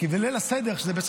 ובליל הסדר, בעצם